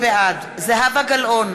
בעד זהבה גלאון,